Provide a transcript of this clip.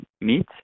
meet